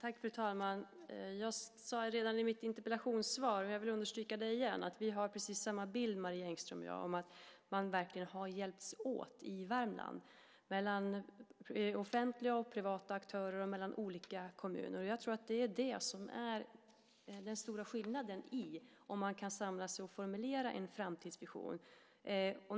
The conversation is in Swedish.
Fru talman! Jag sade redan i mitt interpellationssvar, och jag vill understryka det igen, att vi har precis samma bild, Marie Engström och jag, av att man verkligen har hjälpts åt i Värmland mellan offentliga och privata aktörer och mellan olika kommuner. Jag tror att det är det som är den stora skillnaden när det gäller om man kan samlas och formulera en framtidsvision.